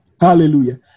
Hallelujah